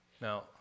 Now